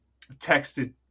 texted